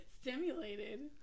Stimulated